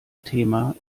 thema